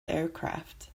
aircraft